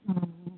अहाँ लेलियै